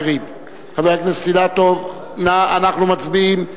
חבר הכנסת אילטוב, אנחנו מצביעים.